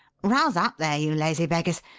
rouse up there, you lazy beggars.